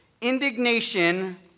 indignation